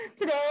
Today